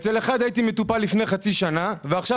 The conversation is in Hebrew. אצל אחד הייתי מטופל לפני חצי שנה ועכשיו